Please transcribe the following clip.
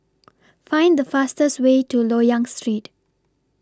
Find The fastest Way to Loyang Street